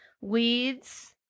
weeds